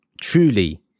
truly